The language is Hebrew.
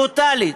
טוטלי.